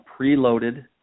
preloaded